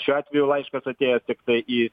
šiuo atveju laiškas atėjo tiktai į